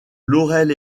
laurel